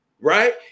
Right